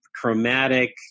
chromatic